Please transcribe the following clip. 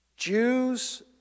Jews